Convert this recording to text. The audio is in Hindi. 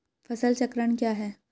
फसल चक्रण क्या है?